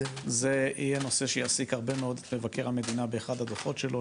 זה יהיה נושא שיעסיק הרבה מאוד את מבקר המדינה באחד הדוחות שלו,